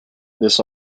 this